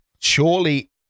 Surely